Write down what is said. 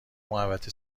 محوطه